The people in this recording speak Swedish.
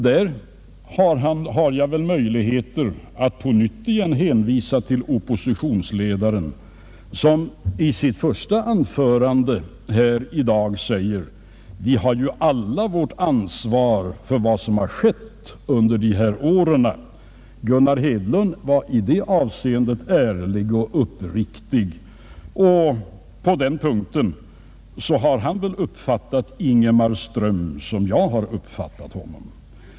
Där har jag väl möjlighet att på nytt hänvisa till oppositionsledaren, som i sitt första anförande här i dag säger: Vi har ju alla vårt ansvar för vad som har skett under dessa år. Gunnar Hedlund var i det avseendet ärlig och uppriktig. På den punkten har han väl uppfattat Ingmar Ström som jag har uppfattat honom.